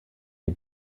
die